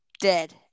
dead